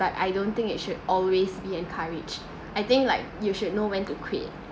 but I don't think it should always be encouraged I think like you should know when to quit